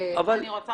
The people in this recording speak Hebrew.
אני רוצה